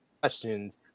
questions